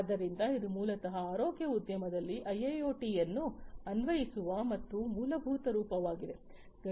ಆದ್ದರಿಂದ ಇದು ಮೂಲತಃ ಆರೋಗ್ಯ ಉದ್ಯಮದಲ್ಲಿ ಐಐಒಟಿಯನ್ನು ಅನ್ವಯಿಸುವ ಒಂದು ಮೂಲಭೂತ ರೂಪವಾಗಿದೆ